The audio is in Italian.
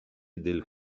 del